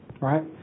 Right